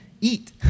eat